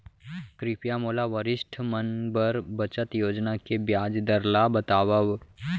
कृपया मोला वरिष्ठ मन बर बचत योजना के ब्याज दर ला बतावव